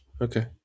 Okay